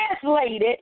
translated